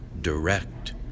direct